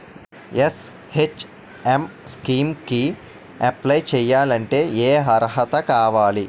NHM scheme కి apply చేయాలి అంటే ఏ అర్హత కావాలి?